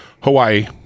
Hawaii